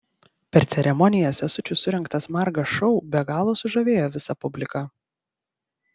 per ceremoniją sesučių surengtas margas šou be galo sužavėjo visą publiką